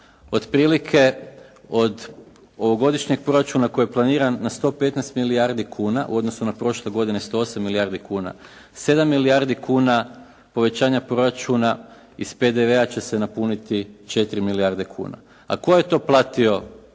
otprilike od ovogodišnjeg proračuna koji je planiran na 115 milijardi kuna u odnosu na prošle godine 108 milijardi kuna. 7 milijardi kuna povećanja proračuna iz PDV-a će se napuniti 4 milijarde kuna, a tko je to platio